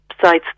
sites